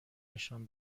نشان